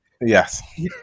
Yes